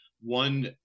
One